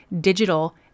digital